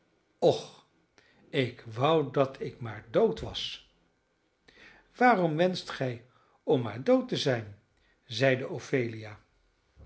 och ik wou dat ik maar dood was waarom wenscht gij om maar dood te zijn zeide ophelia